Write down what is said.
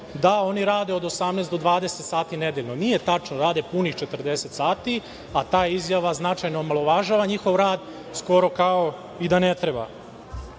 da oni rade 18 do 20 sati nedeljno. Nije tačno. Rade punih 40 sati, a ta izjava značajno omalovažava njihov rad, skoro kao i da ne